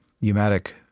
pneumatic